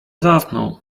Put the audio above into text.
zasnął